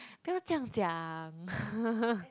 不要这样讲